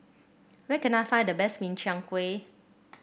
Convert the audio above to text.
where can I find the best Min Chiang Kueh